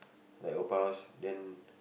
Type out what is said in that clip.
like open house then